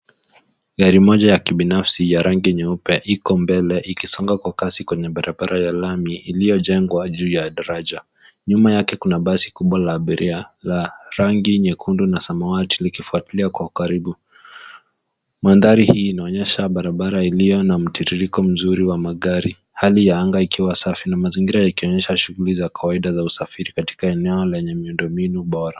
Gari moja ya kibinafsi ya rangi nyeupe iko mbele ya ikisonga kwa kasi kwenye barabara ya lami iliyojengwa juu ya daraja. Nyuma yake kuna basi kubwa la abiria la rangi nyekundu na samawati likifuatilia kwa ukaribu. Mandhari hii inaonyesha barabara iliyo na mtiririko mzuri wa magari, hali ya anga ikiwa safi na mazingira yakionyesha shughuli za kawaida za usafiri katika eneo lenye miundo mbinu bora.